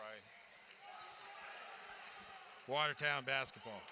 right watertown basketball